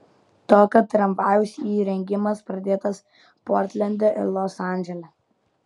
tokio tramvajaus įrengimas pradėtas portlende ir los andžele